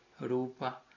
rupa